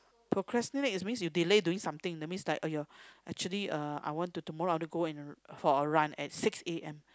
procrastinate is means you delay doing something that's mean like !aiay! actually uh I want to tomorrow go and to for a run at six A_M